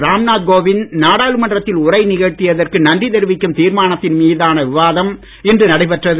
ராம்நாத் கோவிந்த் நாடாளுமன்றத்தில் உரை நிகழ்த்தியதற்கு நன்றி தெரிவிக்கும் தீர்மானத்தின் மீதான விவாதம் இன்று நடைபெற்றது